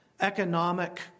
economic